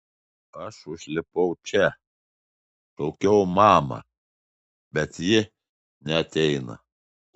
aš užlipau čia šaukiau mamą bet ji neateina